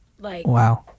Wow